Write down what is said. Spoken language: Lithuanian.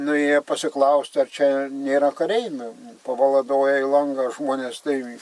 nuėjo pasiklausti ar čia nėra kareimių pabaladoja į langą žmonės tai